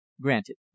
granted